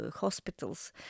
hospitals